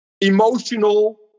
emotional